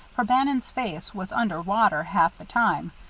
for bannon's face was under water half the time,